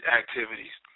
activities